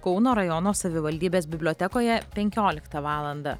kauno rajono savivaldybės bibliotekoje penkioliktą valandą